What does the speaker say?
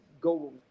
go